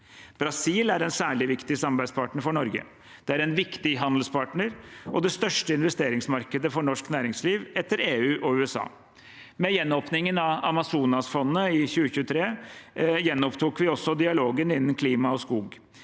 Brasil er en særlig viktig samarbeidspartner for Norge. Det er en viktig handelspartner og det største investeringsmarkedet for norsk næringsliv etter EU og USA. Med gjenåpningen av Amazonasfondet i 2023 gjenopptok vi også dialogen innen klima og skog.